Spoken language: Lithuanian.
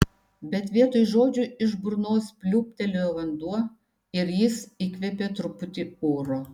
bet vietoj žodžių iš burnos pliūptelėjo vanduo ir jis įkvėpė truputį oro